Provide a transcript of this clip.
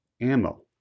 ammo